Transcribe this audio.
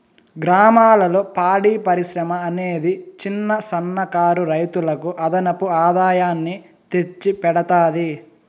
గ్రామాలలో పాడి పరిశ్రమ అనేది చిన్న, సన్న కారు రైతులకు అదనపు ఆదాయాన్ని తెచ్చి పెడతాది